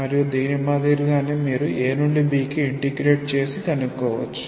మరియు దీని మాదిరిగానే మీరు A నుండి B కి ఇంటిగ్రేట్ చేసి కనుక్కోవచ్చు